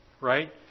right